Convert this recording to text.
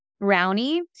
brownie